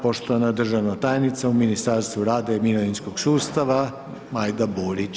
Poštovana državna tajnica u Ministarstvu rada i mirovinskog sustava, Majda Burić.